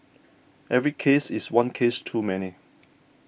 every case is one case too many